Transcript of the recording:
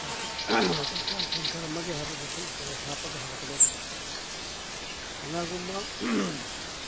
ꯃꯇꯝ ꯀꯌꯥꯝ ꯀꯨꯏꯅ ꯊꯅꯝꯃꯒꯦ ꯍꯥꯏꯕꯗꯨꯁꯨ ꯏꯟꯇꯔꯦꯁ ꯍꯥꯞꯄꯒ ꯍꯜꯂꯛꯀꯗꯣꯔꯤꯃꯤ ꯀꯅꯥꯒꯨꯝꯕ